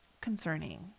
concerning